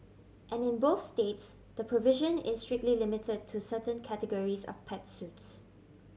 and in both states the provision is strictly limited to certain categories of pet suits